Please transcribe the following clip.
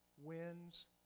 wins